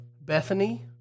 Bethany